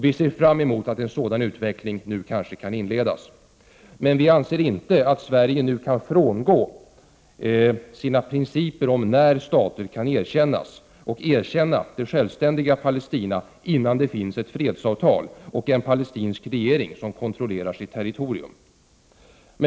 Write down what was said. Vi ser fram emot att en sådan utveckling nu kanske kan inledas. Men vi anser inte att Sverige nu kan frångå sina principer för när stater kan erkännas och erkänna det självständiga Palestina innan det finns ett fredsavtal och en palestinsk regering som kontrollerar sitt territorium.